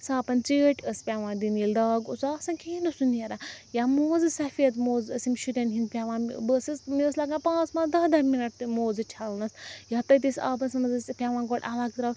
صابن چٲٹۍ ٲس پیٚوان دِنۍ ییٚلہِ داغ اوس نا آسان کِہیٖنۍ اوس نہٕ نیران یا موزٕ سفید موزٕ ٲسِم شُریٚن ہِنٛدۍ پیٚوان بہٕ ٲسٕس مےٚ ٲسۍ لَگان پانٛژھ پانٛژھ دَہ دَہ مِنٹ تِم موزٕ چھَلنَس یا تٔتِس آبَس منٛز ٲسۍ پیٚوان گۄڈٕ الگ ترٛاوٕنۍ